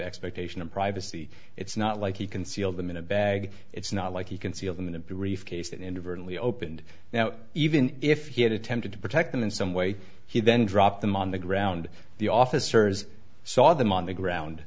expectation of privacy it's not like he concealed them in a bag it's not like he concealed in a briefcase and virtually opened now even if he had attempted to protect them in some way he then dropped them on the ground the officers saw them on the ground